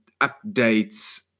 updates